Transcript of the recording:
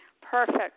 Perfect